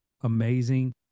amazing